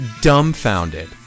dumbfounded